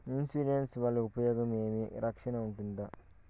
Insurance వల్ల ఉపయోగం ఏమి? రక్షణ ఉంటుందా?